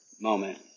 moment